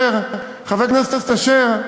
חבר הכנסת יעקב אשר,